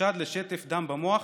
בחשד לשטף דם במוח